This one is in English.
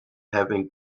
having